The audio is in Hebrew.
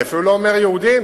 ואני אפילו לא אומר יהודים,